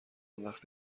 وقت